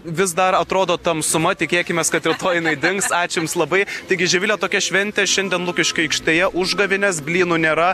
vis dar atrodo tamsuma tikėkimės kad rytoj jinai dings ačiū jums labai taigi živile tokia šventė šiandien lukiškių aikštėje užgavėnės blynų nėra